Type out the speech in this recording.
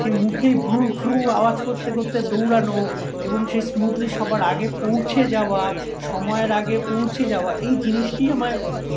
সেই মুখে ভ্রু ফ্রু আওয়াজ করতে করতে দৌড়ানো এবং সেই স্মুদলি সবার আগে পৌঁছে যাওয়া সময়ের আগে পৌঁছে যাওয়া এই জিনিসটি আমায়